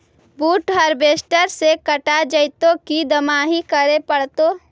बुट हारबेसटर से कटा जितै कि दमाहि करे पडतै?